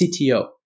CTO